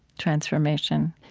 transformation.